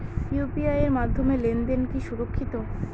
UPI এর মাধ্যমে লেনদেন কি সুরক্ষিত?